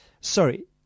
Sorry